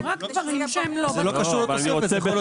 נדירות ואז הם לא נכנסים לאף קטגוריה